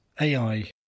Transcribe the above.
AI